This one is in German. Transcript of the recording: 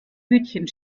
hütchen